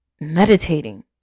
Meditating